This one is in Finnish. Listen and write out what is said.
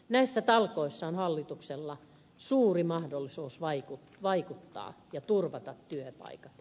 näissä talkoissa on hallituksella suuri mahdollisuus vaikuttaa ja turvata työpaikat